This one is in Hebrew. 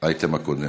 באייטם הקודם.